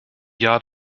jahr